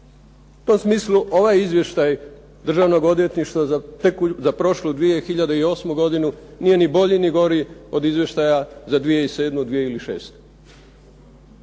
U tom smislu ovaj izvještaj Državnog odvjetništva za prošlu 2008. godinu nije ni bolji ni gori od izvještaja za 2007. ili